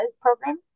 Program